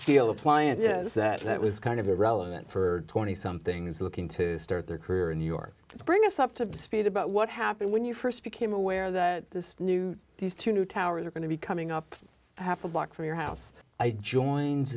appliances that was kind of irrelevant for twenty somethings looking to start their career in new york and bring us up to speed about what happened when you first became aware that this new these two new towers are going to be coming up half a block from your house i joined